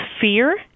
fear